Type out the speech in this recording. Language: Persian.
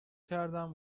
کردم